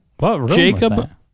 Jacob